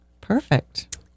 Perfect